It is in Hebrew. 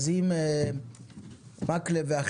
אז אם יוצגו רק בעיות,